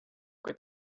kui